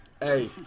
hey